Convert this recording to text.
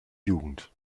jugend